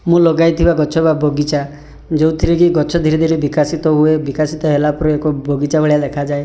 ମୁଁ ଲଗାଇଥିବା ଗଛ ବା ବଗିଚା ଯେଉଁଥିରେ କି ଗଛ ଧୀରେ ଧୀରେ ବିକାଶିତ ହୁଏ ବିକାଶିତ ହେଲାପରେ ଏକ ବଗିଚା ଭଳିଆ ଦେଖାଯାଏ